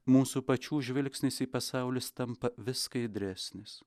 mūsų pačių žvilgsnis į pasaulį jis tampa vis skaidresnis